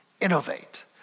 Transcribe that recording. innovate